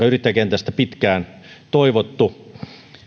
yrittäjäkentästä pitkään toivottu on